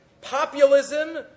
Populism